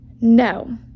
No